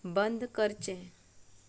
बंद करचें